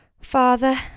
Father